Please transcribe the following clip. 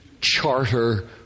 charter